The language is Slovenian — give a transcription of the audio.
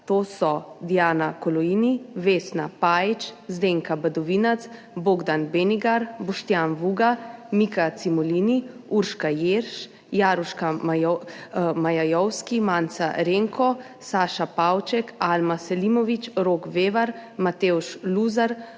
To so Diana Koloini, Vesna Pajić, Zdenka Badovinac, Bogdan Benigar, Boštjan Vuga, Mika Cimolini, Urška Jež, Jaruška Majovski, Manca Renko, Saša Pavček, Alma Selimović, Rok Vevar, Matevž Luzar,